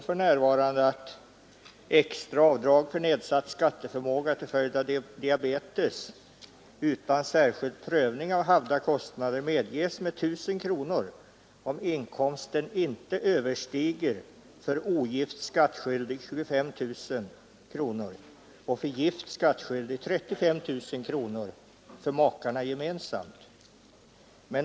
För närvarande medges extra avdrag för nedsatt skatteförmåga till följd av diabetes utan särskild prövning av havda kostnader med 1 000 kronor, om inkomsten inte överstiger för ogift skattskyldig 25 000 kronor och för gift skattskyldig 35 000 kronor för makarna gemensamt.